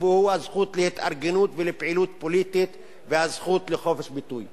והוא הזכות להתארגנות ולפעילות פוליטית והזכות לחופש ביטוי.